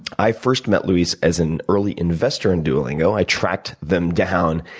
i first met luis as an early investor in duolingo. i tracked them down,